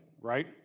right